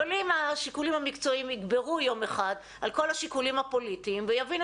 אבל אם השיקולים המקצועיים יגברו יום אחד על כל השיקולים הפוליטיים ויבינו